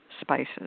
spices